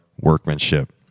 workmanship